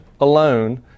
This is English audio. alone